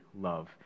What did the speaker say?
love